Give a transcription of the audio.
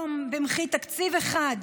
היום, במחי תקציב אחד,